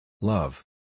Love